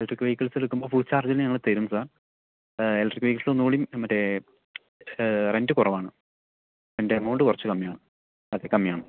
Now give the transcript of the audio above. electric vehicles എടുക്കുമ്പോൾ full ചാർജിൽ ഞങ്ങൾ തരും സർ ഇലക്ട്രിക്ക് വെഹിക്കിൾസ് ഒന്നുകൂടിയും മറ്റെ റെൻ്റ് കുറവാണ് അതിൻ്റെ എമൗണ്ട് കുറച്ച് കമ്മിയാണ് അതെ കമ്മിയാണ്